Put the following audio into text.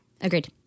agreed